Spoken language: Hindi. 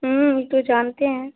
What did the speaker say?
तो जानते हैं